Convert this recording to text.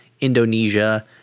Indonesia